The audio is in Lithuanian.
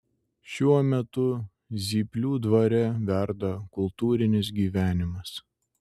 šiuo metu zyplių dvare verda kultūrinis gyvenimas